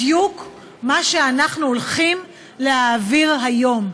בדיוק מה שאנחנו הולכים להעביר היום.